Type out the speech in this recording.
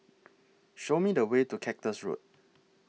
Show Me The Way to Cactus Road